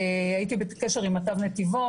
הייתי בקשר עם מט"ב נתיבות,